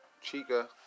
Chica